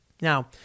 Now